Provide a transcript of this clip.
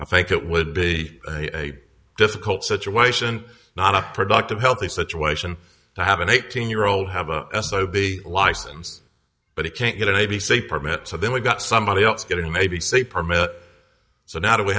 i think it would be a difficult situation not a productive healthy situation to have an eighteen year old have a s o b license but he can't get an a b c permit so then we've got somebody else getting maybe say permit so now do we